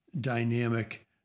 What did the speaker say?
dynamic